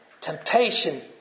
temptation